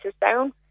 down